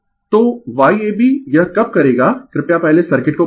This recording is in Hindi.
Refer slide Time 1020 तो Y ab यह कब करेगा कृपया पहले सर्किट को बनाएं